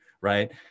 right